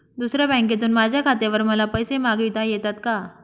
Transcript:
दुसऱ्या बँकेतून माझ्या खात्यावर मला पैसे मागविता येतात का?